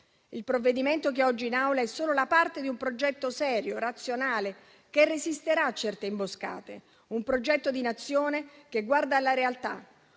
Il provvedimento che oggi è in Aula è solo la parte di un progetto serio, razionale, che resisterà a certe imboscate: un progetto di Nazione che guarda alla realtà